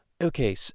Okay